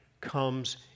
comes